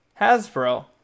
Hasbro